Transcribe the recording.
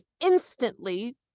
instantly